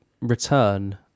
return